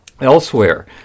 Elsewhere